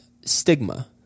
stigma